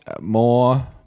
more